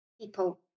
people